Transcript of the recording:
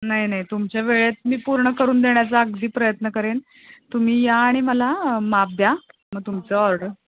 नाही नाही तुमच्या वेळेत मी पूर्ण करून देण्याचा अगदी प्रयत्न करेन तुम्ही या आणि मला माप द्या मग तुमचं ऑर्डर